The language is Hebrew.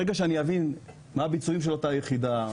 ברגע שאני אבין מה הביצועים של אותה יחידה,